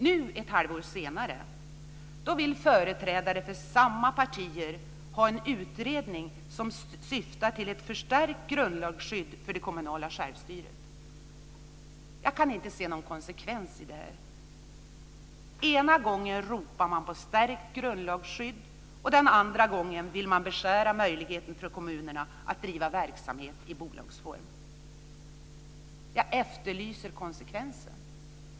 Nu, ett halvår senare, vill företrädare för samma partier ha en utredning som syftar till ett förstärkt grundlagsskydd för den kommunala självstyrelsen. Jag kan inte se någon konsekvens i det här. Den ena gången ropar man på förstärkt grundlagsskydd, och den andra gången vill man beskära möjligheten för kommunerna att driva verksamhet i bolagsform. Jag efterlyser konsekvensen.